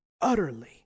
utterly